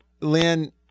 Lynn